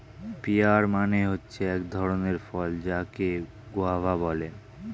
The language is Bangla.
পেয়ার মানে হচ্ছে এক ধরণের ফল যাকে গোয়াভা বলে